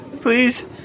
Please